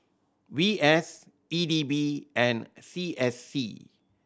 V S B D B and C S C